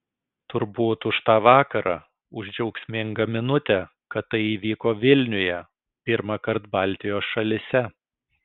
turbūt už tą vakarą už džiaugsmingą minutę kad tai įvyko vilniuje pirmąkart baltijos šalyse